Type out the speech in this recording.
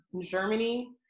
Germany